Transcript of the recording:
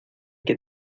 que